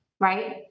right